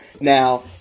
Now